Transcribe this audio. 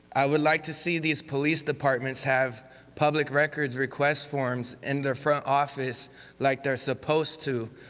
i would like to see these police departments have public records request forms in their front office like they're supposed to.